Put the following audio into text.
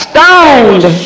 Stoned